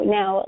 Now